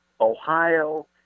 Ohio